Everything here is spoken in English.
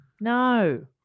No